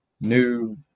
new